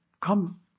come